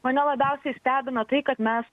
mane labiausiai stebina tai kad mes